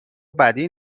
بدی